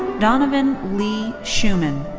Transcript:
donovan lee shuman,